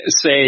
say